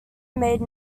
made